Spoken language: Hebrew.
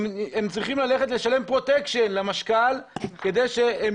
הן צריכות ללכת לשלם פרוטקשן למשכ"ל כדי שהן